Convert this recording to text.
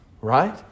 right